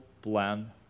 plan